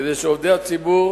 כדי שעובדי הציבור